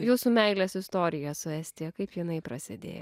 jūsų meilės istorija su estija kaip jinai prasėdėjo